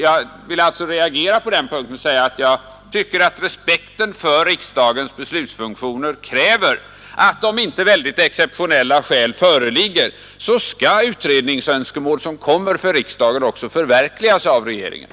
Jag reagerar mot det och vill säga att jag tycker att respekten för riksdagens beslutsfunktioner kräver att om inte exceptionella skäl är för handen skall utredningsönskemål från riksdagen också förverkligas av regeringen.